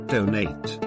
Donate